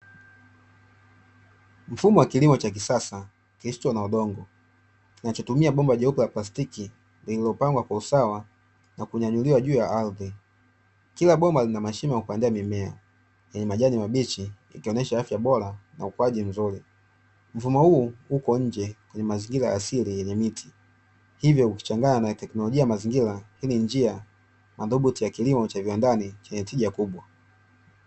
Mfumo wa kilimo cha kisasa kisicho na udongo, kinachotumia bomba jeupe za plastiki lililopangwa kwa usawa na kunyanyuliwa juu ya ardhi, kila bomba linamashimo wa kupandia mimea lenye majani mabichi ikionyesha afya bora na ukuaji mzuri, mfumo huu uko nje kwenye mazingira ya asili yenye miti, hivyo ukichanganya na teknolojia ya mazingira hii ni njia madhubuti ya kilimo cha viwandani chenye tija kubwa .